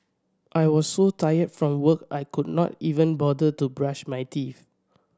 I was so tired from work I could not even bother to brush my teeth